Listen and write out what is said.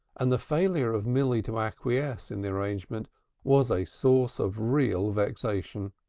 and the failure of milly to acquiesce in the arrangement was a source of real vexation.